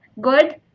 good